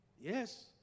yes